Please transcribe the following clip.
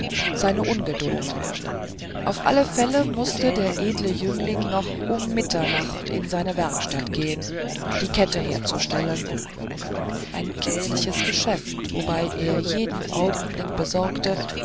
seine ungeduld auf alle fälle mußte der edle jüngling noch um mitternacht in seine werkstatt gehn die kette herzustellen ein kitzliches geschäft wobei er jeden augenblick besorgte